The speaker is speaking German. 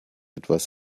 etwas